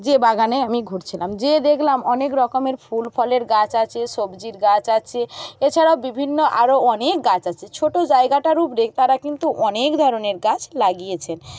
যে বাগানে আমি ঘুরছিলাম যেয়ে দেখলাম অনেক রকমের ফুল ফলের গাছ আছে সবজির গাছ আছে এছাড়াও বিভিন্ন আরও অনেক গাছ আছে ছোটো জায়গাটার উপরে তারা কিন্তু অনেক ধরণের গাছ লাগিয়েছেন